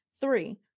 Three